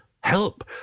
help